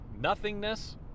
nothingness